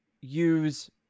use